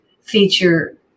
feature